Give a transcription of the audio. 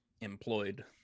employed